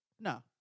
No